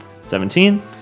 Seventeen